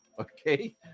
okay